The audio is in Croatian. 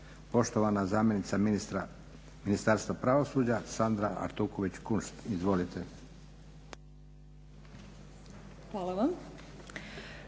poštovana zamjenica Ministarstva pravosuđa Sandra Artuković KUnšt. Izvolite zamjenice